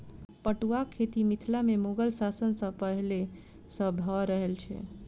पटुआक खेती मिथिला मे मुगल शासन सॅ पहिले सॅ भ रहल छै